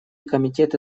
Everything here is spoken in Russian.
комитеты